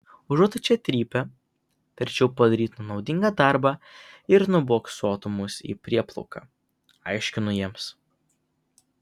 užuot čia trypę verčiau padarytų naudingą darbą ir nubuksuotų mus į prieplauką aiškinu jiems